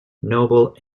noble